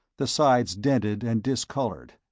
the sides dented and discolored,